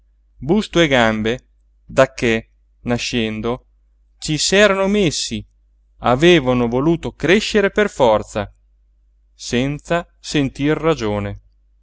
busto e gambe dacché nascendo ci s'erano messi avevano voluto crescere per forza senza sentir ragione